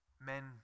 men